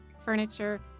furniture